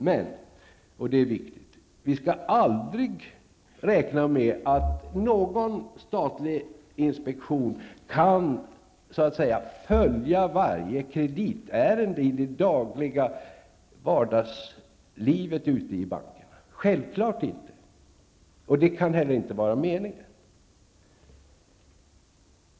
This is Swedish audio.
Men -- och det är viktigt -- vi skall aldrig räkna med att någon statlig inspektion kan följa varje kreditärende i det dagliga arbetet ute i bankerna. Det kan heller inte vara meningen.